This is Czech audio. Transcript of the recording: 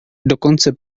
dokonce